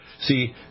see